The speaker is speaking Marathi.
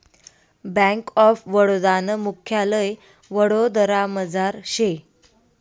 बैंक ऑफ बडोदा नं मुख्यालय वडोदरामझार शे